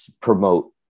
promote